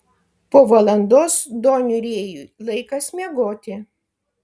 po valandos doniui rėjui laikas miegoti